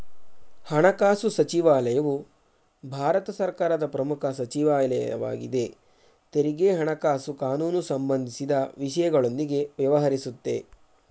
ಹಣಕಾಸು ಸಚಿವಾಲಯವು ಭಾರತ ಸರ್ಕಾರದ ಪ್ರಮುಖ ಸಚಿವಾಲಯವಾಗಿದೆ ತೆರಿಗೆ ಹಣಕಾಸು ಕಾನೂನು ಸಂಬಂಧಿಸಿದ ವಿಷಯಗಳೊಂದಿಗೆ ವ್ಯವಹರಿಸುತ್ತೆ